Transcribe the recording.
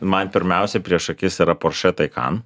man pirmiausia prieš akis yra porsche taycan